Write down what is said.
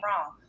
wrong